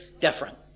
different